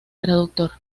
traductor